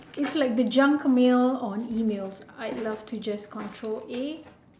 it's like the junk mail on emails I love to just control A